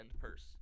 purse